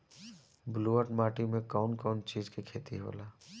ब्लुअट माटी में कौन कौनचीज के खेती होला?